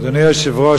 אדוני היושב-ראש,